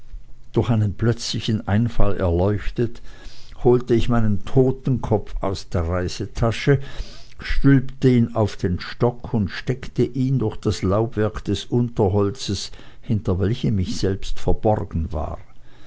durch einen plötzlichen einfall erleuchtet holte ich meinen totenkopf aus der reisetasche stülpte ihn auf den stock und streckte ihn durch das laubwerk des unterholzes hinter welchem ich selbst verborgen war